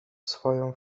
swoją